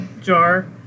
jar